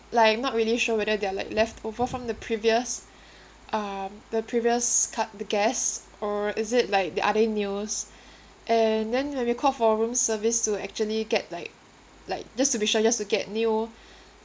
like not really sure whether they are like left over from the previous uh the previous cou~ the guests or is it like the are they new ones and then when we called for room service to actually get like like just to be sure just to get new